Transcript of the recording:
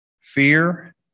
fear